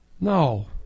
No